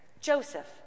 Joseph